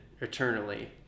eternally